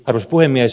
arvoisa puhemies